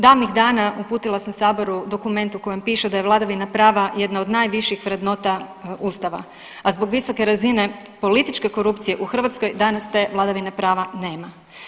Davnih dana uputila sam saboru dokument u kojem piše da je vladavina prava jedna od najviših vrednota Ustava, a zbog visoke razine političke korupcije u Hrvatskoj danas te vladavine prava nema.